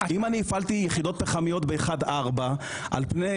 אם הפעלתי יחידות פחמיות ב-1-4 על פני